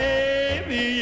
Baby